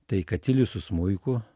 tai katilius su smuiku